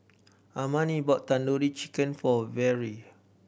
Armani bought Tandoori Chicken for Vere